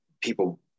People